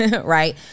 Right